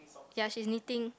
ya she's knitting